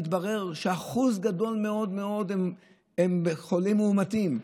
ומתברר שאחוז גדול מאוד מאוד הם חולים מאומתים.